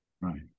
right